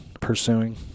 pursuing